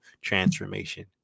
transformation